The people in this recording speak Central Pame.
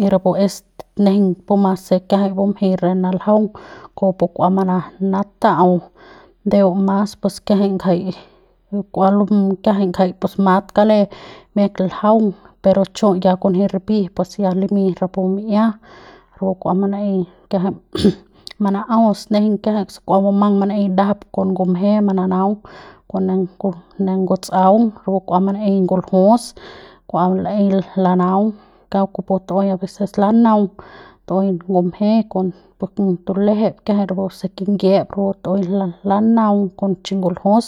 Y rapu es nejeiñ puma se kiajai bumjeiñ re naljaung kupu pu kua manata'au ndeu mas pus kiajai ngjai kua kiajai jai pus mat kale miak ljaung pero chu ya kunji ripi pus ya limiñ rapu mi'ia rapu kua manaei kiajai mana'aus nejeiñ kiajai se kua bumang manaei ndajap kon ngumje mananaung kon ne kon ne ngutsaung rapu kua manaei nguljus kua l'ei lanaung kauk kupu tu'ui aveces lanaung tu'ui ngumje kon kon tulejep kiajai rapu se kingiep rapu tu tu'ui lanaung kon chi nguljus